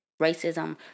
Racism